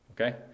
Okay